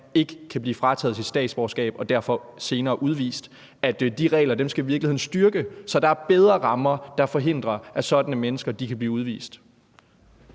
ikke kan blive frataget sit statsborgerskab og derfor senere udvist, skal vi i virkeligheden styrke, så der er bedre rammer, der forhindrer, at sådanne mennesker kan blive udvist.